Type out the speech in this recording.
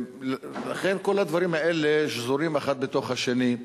לכן, כל הדברים האלה שזורים אחד בתוך השני.